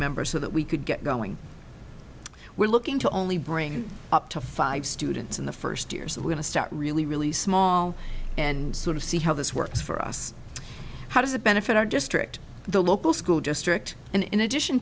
member so that we could get going we're looking to only bring up to five students in the first years of we're going to start really really small and sort of see how this works for us how does it benefit our district the local school district and in addition